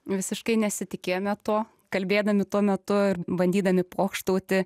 visiškai nesitikėjome to kalbėdami tuo metu ir bandydami pokštauti